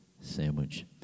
sandwich